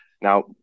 Now